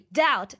doubt